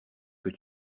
que